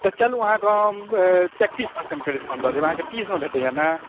चलूँ अहाँके हम एकतीस परसेंटके डीसकॉउन्ट दए देब अहाँके तीसम भेंटए ने